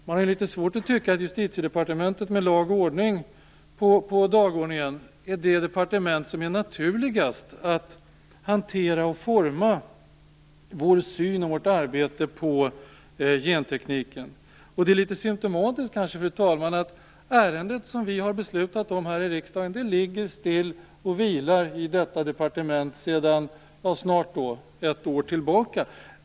Man har litet svårt att tycka att det är naturligast att Justitiedepartementet - som har lag och ordning på dagordningen - hanterar och formar vår syn och vårt arbete när det gäller gentekniken. Det är kanske litet symtomatiskt, fru talman, att det ärende som vi har beslutat om här i riksdagen ligger och vilar i detta departement sedan snart ett år tillbaka.